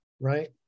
Right